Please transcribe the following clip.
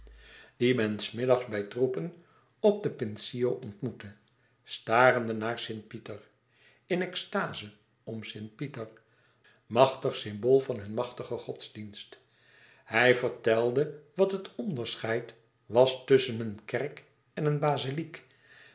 die men s midddags bij troepen de incio ontmoette starende naar st pieter in extase om st pieter machtig symbool van hunne machtige godsdienst hij vertelde wat het onderscheid was tusschen een kerk en een baziliek